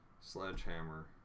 Sledgehammer